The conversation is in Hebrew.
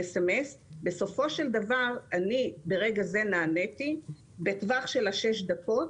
בסופו של דבר אני ברגע זה נעניתי בטווח של שש דקות